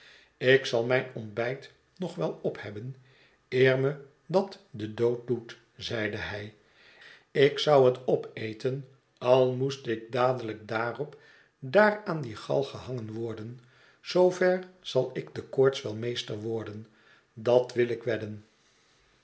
ik zal mijn ontbijt nog wel ophebben eer me dat den dood doet zeide hij ik zou het opeten al moest ik dadelijk daarop daar aan die galg gehangen worden zoover zal ik de koorts wel meester worden dat wil ik wedden